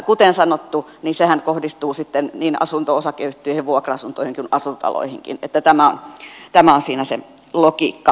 kuten sanottu niin sehän kohdistuu sitten niin asunto osakeyhtiöihin vuokra asuntoihin kuin asuintaloihinkin että tämä on siinä se logiikka